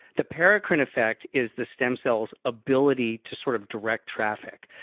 the paracrine effect is the stem cells ability to sort of direct traffic.